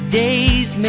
days